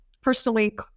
personally